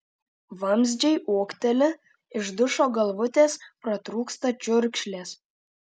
vamzdžiai ūkteli iš dušo galvutės pratrūksta čiurkšlės